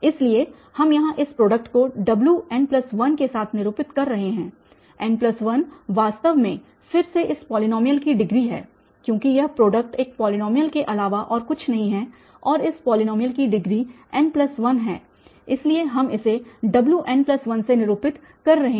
इसलिए हम यहाँ इस प्रोडक्ट को Wn1 के साथ निरूपित कर रहे हैं n1 वास्तव में फिर से इस पॉलीनॉमियल की डिग्री है क्योंकि यह प्रोडक्ट एक पॉलीनॉमियल के अलावा और कुछ नहीं है और इस पॉलीनॉमियल की डिग्री n1 है इसलिए हम इसे Wn1 से निरूपित कर रहे हैं